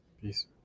Peace